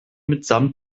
mitsamt